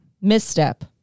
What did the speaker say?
Misstep